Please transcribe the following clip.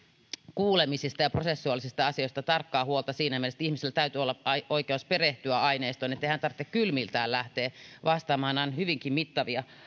kuulemisista ja prosessuaalisista asioista tarkkaa huolta siinä mielessä että ihmisellä täytyy olla oikeus perehtyä aineistoon ettei hänen tarvitse kylmiltään lähteä vastaamaan nämä ovat hyvinkin mittavia